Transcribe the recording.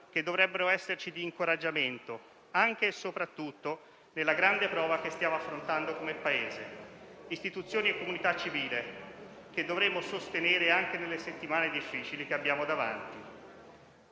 che dovrebbero esserci di incoraggiamento, anche e soprattutto nella grande prova che stiamo affrontando come Paese, istituzioni e comunità civile, e che dovremo sostenere anche nelle settimane difficili che abbiamo davanti.